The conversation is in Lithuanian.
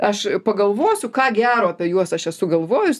aš pagalvosiu ką gero apie juos aš esu galvojus